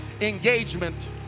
engagement